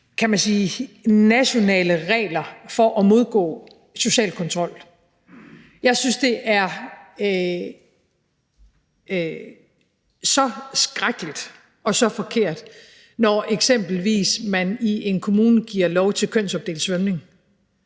skal gå i nationale regler for at modgå social kontrol. Jeg synes, det er så skrækkeligt og så forkert, når man eksempelvis i en kommune giver lov til kønsopdelt svømning;